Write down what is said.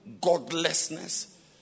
godlessness